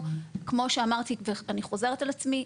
כמו שאמרתי ואני חוזרת על עצמי,